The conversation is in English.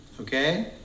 Okay